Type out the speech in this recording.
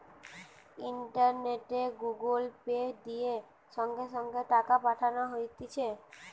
ইন্টারনেটে Google Pay, দিয়ে সঙ্গে সঙ্গে টাকা পাঠানো হতিছে